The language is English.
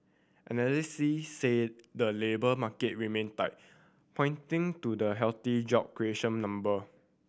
analyst said the labour market remain tight pointing to the healthy job creation number